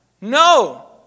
No